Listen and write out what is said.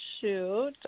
shoot